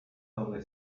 donde